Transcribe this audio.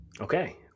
Okay